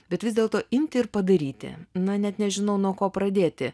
bet vis dėlto imti ir padaryti na net nežinau nuo ko pradėti